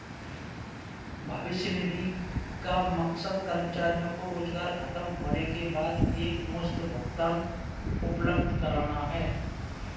भविष्य निधि का मकसद कर्मचारियों को रोजगार ख़तम होने के बाद एकमुश्त भुगतान उपलब्ध कराना है